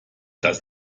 das